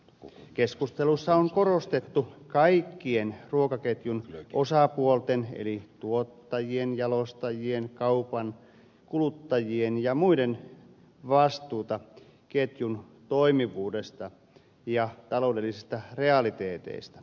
keskustelussa on korostettu kaikkien ruokaketjun osapuolten eli tuottajien jalostajien kaupan kuluttajien ja muiden vastuuta ketjun toimivuudesta ja taloudellisista realiteeteista